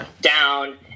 down